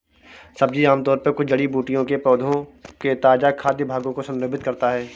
सब्जी आमतौर पर कुछ जड़ी बूटियों के पौधों के ताजा खाद्य भागों को संदर्भित करता है